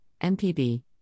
MPB